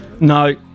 No